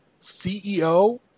CEO